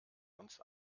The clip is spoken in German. uns